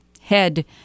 head